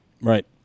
Right